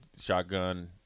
shotgun